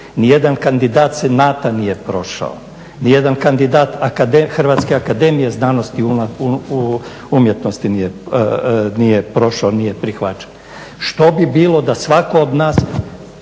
Ni jedan kandidat senata nije prošao, ni jedan kandidat Hrvatske akademije znanosti i umjetnosti nije prošao, nije prihvaćen. Što bi bilo da svako od nas,